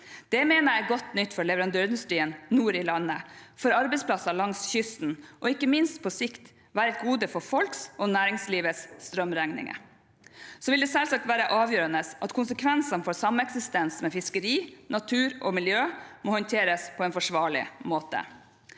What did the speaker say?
Det mener jeg er godt nytt for leverandørindustrien nord i landet, for arbeidsplasser langs kysten, og det vil ikke minst på sikt være et gode for folks og næringslivets strømregninger. Så vil det selvsagt være avgjørende at konsekvensene for sameksistens med fiskeri, natur og miljø håndteres på en forsvarlig måte.